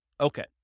Okay